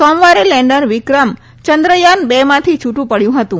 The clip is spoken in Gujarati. સોમવારે લેન્ડર વિક્રમ ચંદ્રથાન બે માંથી છુટુ પડથું હતું